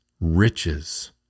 riches